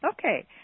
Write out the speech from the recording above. Okay